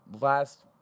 last